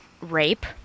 rape